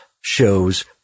shows